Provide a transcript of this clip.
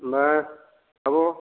होमबा आब'